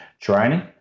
training